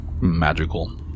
Magical